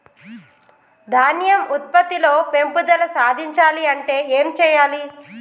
ధాన్యం ఉత్పత్తి లో పెంపుదల సాధించాలి అంటే ఏం చెయ్యాలి?